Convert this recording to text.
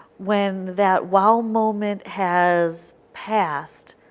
when that wow moment has passed,